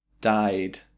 died